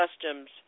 customs